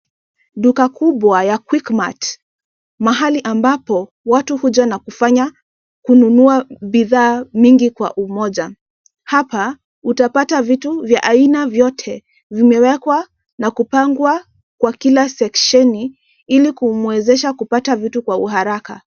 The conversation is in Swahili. Duka kubwa ya Quickmart mahali ambapo watu huja kufanya na kununua bidhaa mingi kwa umoja. Hapa utapata vitu vya aina yote vimewekwa na kupangwa kwa kila seksheni ili kumwezesha kupata vitu kwa haraka.